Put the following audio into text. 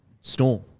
Storm